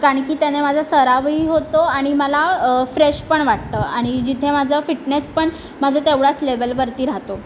कारण की त्याने माझा सरावही होतो आणि मला फ्रेश पण वाटतं आणि जिथे माझं फिटनेस पण माझं तेवढाच लेवलवरती राहतो